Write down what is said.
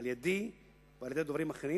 על-ידי ועל-ידי דוברים אחרים,